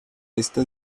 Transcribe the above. esta